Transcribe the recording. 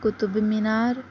Qutub Minar